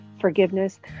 forgiveness